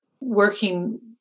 Working